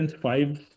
five